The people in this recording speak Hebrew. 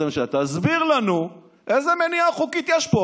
הממשלה: תסביר לנו איזה מניעה חוקית יש פה?